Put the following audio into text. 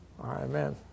Amen